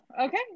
okay